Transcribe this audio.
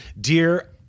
Dear